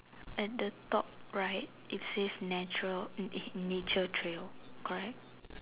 at the top right it says natural um eh nature trail correct